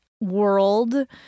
world